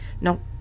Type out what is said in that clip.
No